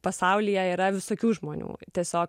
pasaulyje yra visokių žmonių tiesiog